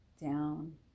down